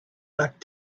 luck